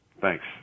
Thanks